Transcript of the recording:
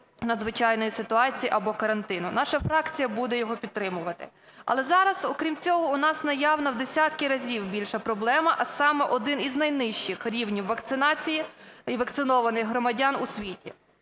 надзвичайної ситуації або карантину. Наша фракція буде його підтримувати. Але зараз, окрім цього, у нас наявна в десятки разів більша проблема, а саме один із найнижчих рівнів вакцинації, вакцинованих громадян у світі.